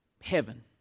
heaven